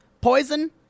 poison